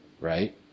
Right